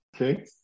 Okay